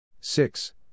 six